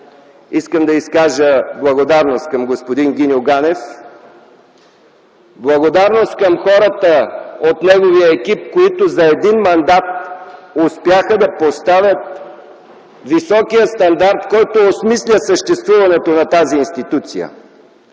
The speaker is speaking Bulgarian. искам да изкажа благодарност към господин Гиньо Ганев, благодарност към хората от неговия екип, които за един мандат успяха да поставят високия стандарт, който осмисля съществуването на тази институция.